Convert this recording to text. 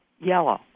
yellow